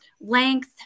length